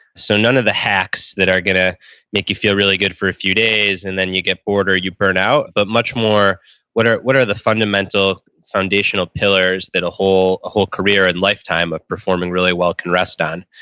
so, none of the hacks that are going to make you feel really good for a few days and then you get bored or you burn out, but much more what are what are the fundamental foundational pillars that a whole a whole career and lifetime of performing really well can rest on?